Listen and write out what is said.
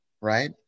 Right